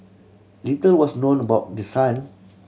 little was known about the son